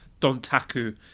Dontaku